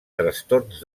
trastorns